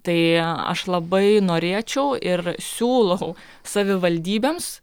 tai aš labai norėčiau ir siūlau savivaldybėms